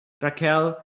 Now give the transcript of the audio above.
Raquel